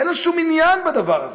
אין לו שום עניין בדבר הזה.